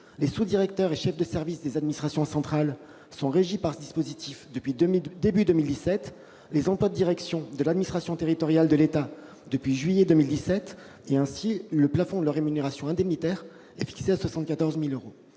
Les sous-directeurs et chefs de service des administrations centrales sont régis par ce dispositif depuis le début de 2017, et les emplois de direction de l'administration territoriale de l'État depuis le mois de juillet de la même année. Ainsi, le plafond de leur rémunération indemnitaire est fixé à 74 000 euros.